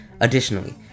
Additionally